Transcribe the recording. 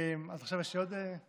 אז עכשיו יש לי עוד זמן?